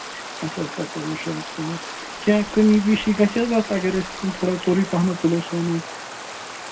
اَچھا سَتووُہ شیٚتھ کیٚنٛہہ کٔمی پیٖشی گژھِ حظ اَتھ اگر أسۍ تھوڑا ژوٚرُے پَہمتھ تُلو سون حظ